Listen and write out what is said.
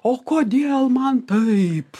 o kodėl man taip